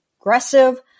aggressive